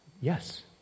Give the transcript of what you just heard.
yes